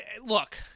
Look